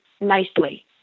nicely